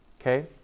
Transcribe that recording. Okay